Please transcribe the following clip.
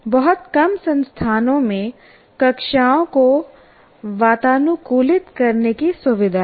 बहुत कम संस्थानों में कक्षाओं को वातानुकूलित करने की सुविधा है